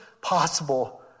possible